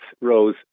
rose